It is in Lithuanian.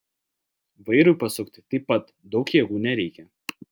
vairui pasukti taip pat daug jėgų nereikia